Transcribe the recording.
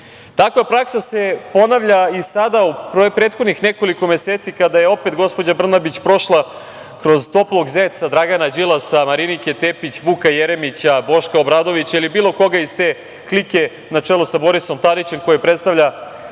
praksa se ponavlja i sada u prethodnih nekoliko meseci, kada je opet gospođa Brnabić prošla kroz „toplog zeca“ Dragana Đilasa, Marinike Tepić, Vuka Jeremića, Boška Obradovića ili bilo koga iz te klike, na čelu sa Borisom Tadićem, koji predstavlja